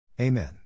Amen